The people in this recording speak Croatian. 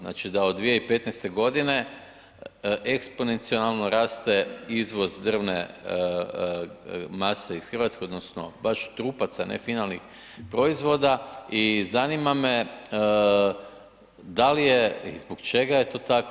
Znači da od 2015. godine eksponencijalno raste izvoz drvne mase iz Hrvatske odnosno baš trupaca ne finalnih proizvoda i zanima me da li je i zbog čega je to tako?